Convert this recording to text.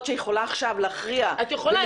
שיכולה עכשיו להכריע --- את יכולה,